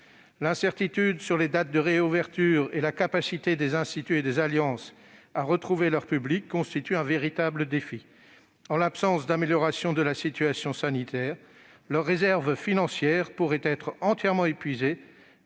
L'incertitude sur les dates de réouverture et sur la capacité des instituts et des alliances à retrouver leurs publics constitue un véritable défi. En l'absence d'amélioration de la situation sanitaire, leurs réserves financières pourraient être entièrement épuisées